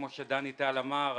כמו שדני טל אמר,